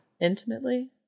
Intimately